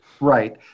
Right